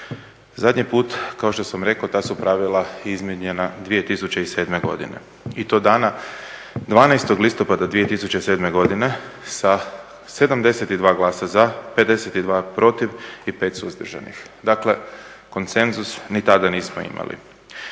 Zadnji put, kao što sam rekao, ta su pravila izmijenjena 2007. godine i to dana 12. listopada 2007. godine sa 72 glasa, 52 protiv i 5 suzdržanih. Dakle, konsenzus ni tada nismo imali.